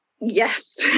Yes